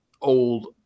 old